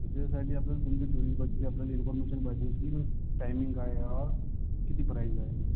त्याच्यासाठी आपल्याला तुमची आपल्याला इन्फरमेशन पाहिजे होती टायमिंग काय आहे किती प्राईज आहे